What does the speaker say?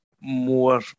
more